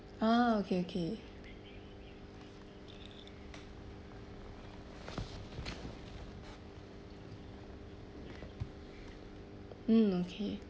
ah okay okay mm okay